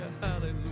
hallelujah